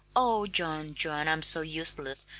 oh, john, john, i'm so useless,